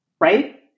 right